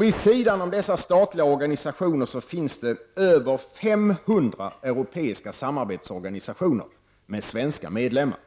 Vid sidan av dessa statliga organisationer finns över 500 europeiska samarbetsorganisationer med svenska medlemmar.